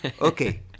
okay